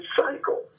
cycle